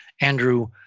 Andrew